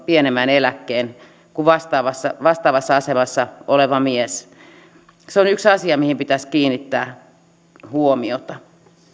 pienemmän eläkkeen kuin vastaavassa vastaavassa asemassa oleva mies se on yksi asia mihin pitäisi kiinnittää huomiota